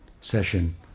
session